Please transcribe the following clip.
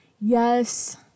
Yes